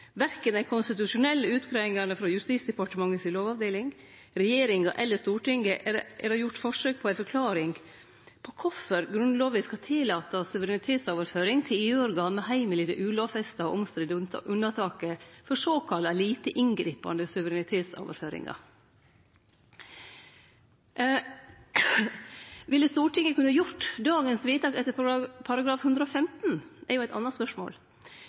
Verken i dei konstitusjonelle utgreiingane frå Justisdepartementet si lovavdeling, regjeringa eller Stortinget er det gjort forsøk på ei forklaring på kvifor Grunnlova skal tillate suverenitetsoverføring til EU-organ med heimel i det unnataket som ikkje er lovfesta, og som er omstridt, såkalla «litt inngripende» suverenitetsoverføringar. Eit anna spørsmål er: Ville Stortinget ha kunna gjere dagens vedtak etter § 115?